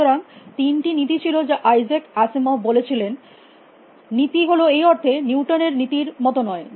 সুতরাং তিনটি নীতি ছিল যা আইজাক আইসিমভ বলেছিলেন নীতি হল এই অর্থে নিউটন এর নীতির Newton's Lawমত নয়